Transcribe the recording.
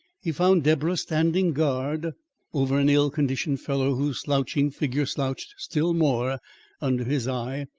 he found deborah standing guard over an ill-conditioned fellow whose slouching figure slouched still more under his eye,